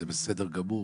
זה בסדר גמור,